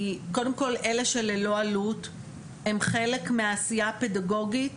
כי קודם כל אלה שללא עלות הם חלק מהעשייה הפדגוגית